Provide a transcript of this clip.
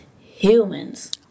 humans